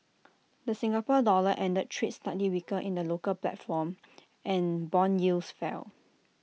the Singapore dollar ended trade slightly weaker in the local platform and Bond yields fell